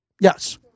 Yes